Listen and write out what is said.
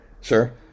Sure